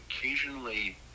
occasionally